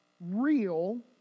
real